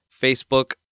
Facebook